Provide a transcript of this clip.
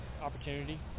opportunity